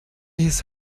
his